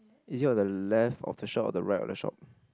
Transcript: is it on the left of the shop or the right of the shop